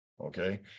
okay